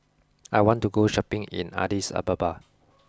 I want to go shopping in Addis Ababa